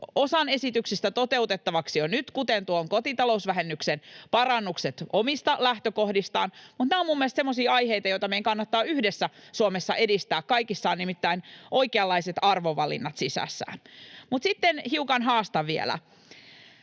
osan esityksistä, kuten tuon kotitalousvähennyksen parannukset, toteutettavaksi jo nyt, omista lähtökohdistaan, mutta nämä ovat minun mielestäni semmoisia aiheita, joita meidän kannattaa yhdessä Suomessa edistää. Kaikissa on nimittäin oikeanlaiset arvovalinnat sisässään. Mutta sitten hiukan haastan vielä.